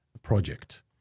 Project